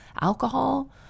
alcohol